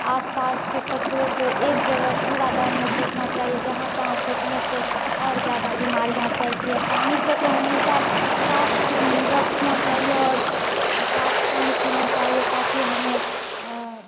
आसपास के कचड़ों को एक जगह कूड़ा दान में फेंकना चाहिए जहाँ तहाँ फेंकने से और ज़्यादा बीमारियाँ फैलती है पानी को तो हमेशा साफ रखना चाहिए और साफ पानी पीना चाहिए ताकि हमें